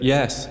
Yes